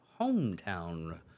hometown